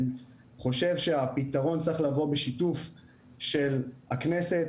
אני חושב שהפתרון צריך לבוא בשיתוף של הכנסת,